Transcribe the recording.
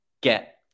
get